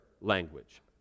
language